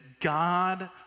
God